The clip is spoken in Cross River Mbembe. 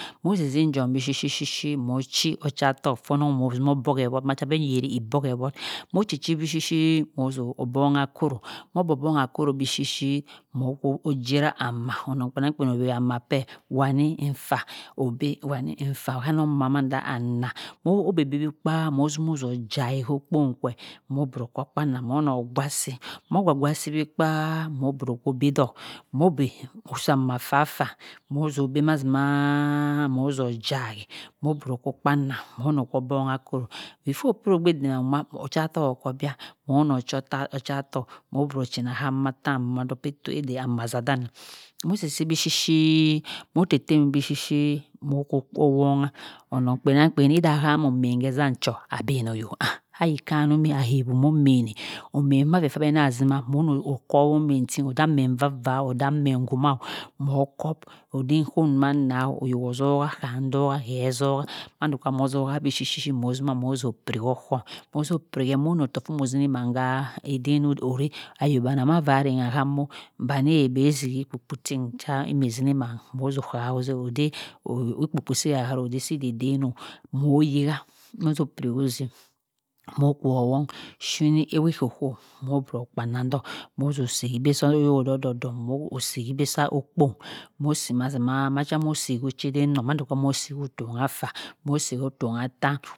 Mho zin zin jom bishi shi mho chi ochatohia forh onong ozinoh boheword macha onong oyeri eboheword moh chi chi bhi shi mho zho o obhongha akoroh mho bhongha bhongha akoroh bi shi mho jerah amha onong kpenangkpen ojerah amha kwe wani nfah obey owani nfah ohana mmha manda nnah mho bhobe bhi kpa mho zhino zho hey okpon kwe moh biroh kho gwah si mho gwah si bhi kpah omho bey opush amah faah faah mbo zho bha mazimaaaaaa. mho zho jai mho broh kho kpang nnam mho broh kho bongha akhoroh before opiri ogbe damanduma ochatohk okho bia mho choh ochatohk mho zho chinah mha amah tthan ddohk odey izadani moh soh si bhi shi shi mho teh-teh bhi shi shi mho kwhongha onong kpenang kpen idha hamoh omien khe zham cho abhenah yoho ayi khanumhe ahemoh omeineh omien mhe abhe ma zima mho zo kwo omien ting odey amien vah vah o odey amien hama o moh kob odey okho uma nah oyoh ozoha kham zoha he zoha zoha mhanda sa mho zoha bi shi shi moh zima mho zo piri okham mozho piri motor kho mho ziman kha eden oreh ayo bani amah rangha amho banny bhe zihi kpo kpo tin kha imi zini man mho zho kaha eden ikpo ikpo sabhayaro sidaden mho hiyah mho zo piri mho kworowong oshini eweh oklo kwo mho broh kpangnang ddotik mho so si igbe okyo oddohk ddohk moh osi mazima macha mbo si ochedenong mando moh si irongha fan suh mho si otongha athan